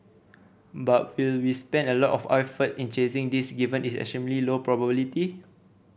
but will we spend a lot of our effort in chasing this given its extremely low probability